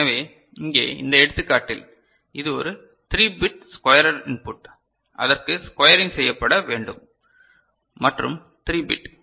எனவே இங்கே இந்த எடுத்துக்காட்டில் இது ஒரு 3 பிட் ஸ்குயரர் இன்புட் அதற்கு ஸ்குயரிங் செய்யப்பட வேண்டும் மற்றும் 3 பிட்